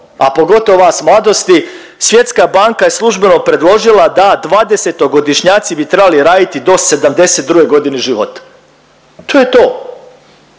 a pogotovo vas mladosti Svjetska banka je službeno predložila da 20-togodišnjaci bi trebali raditi do 72 godine života. To je to.